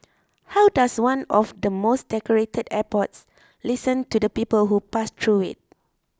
how does one of the most decorated airports listen to the people who pass through it